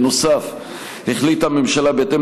בנוסף החליטה הממשלה,